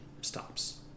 stops